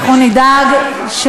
אנחנו נדאג,